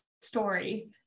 story